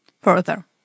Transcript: further